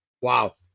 Wow